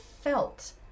felt